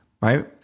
right